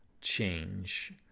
change